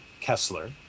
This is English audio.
Kessler